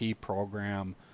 program